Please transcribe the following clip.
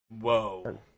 Whoa